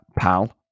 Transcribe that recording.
pal